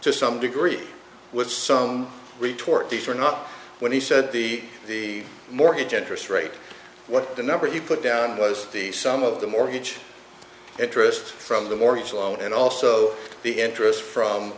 to some degree which son retort these are not when he said the the mortgage interest rate what the number he put down was the sum of the mortgage interest from the mortgage loan and also the interest from